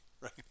right